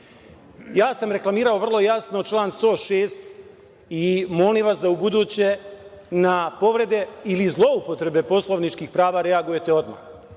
sam reklamirao vrlo jasno član 106. i molim vas da ubuduće na povrede ili zloupotrebe poslovničkih prava reagujete odmah.